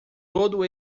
todo